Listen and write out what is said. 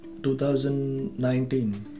2019